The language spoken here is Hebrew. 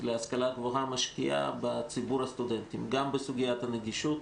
להשכלה גבוהה משקיעה בציבור הסטודנטים: גם בסוגיית הנגישות